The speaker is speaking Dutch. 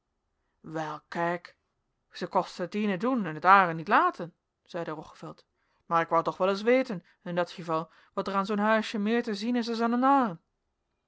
wel kaik ze kosten het iene doen en het aêre niet laten zeide roggeveld maer ik wou toch wel ereis weten in dat geval wat er aan zoo'n huisje meer te zien is